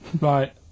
right